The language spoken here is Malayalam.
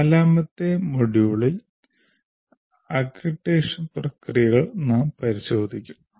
നാലാമത്തെ മൊഡ്യൂളിൽ അക്രഡിറ്റേഷൻ പ്രക്രിയകൾ നാം പരിശോധിക്കും